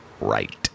right